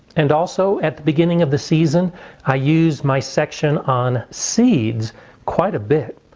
and also at the beginning of the season i use my section on seeds quite a bit.